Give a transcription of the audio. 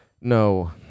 No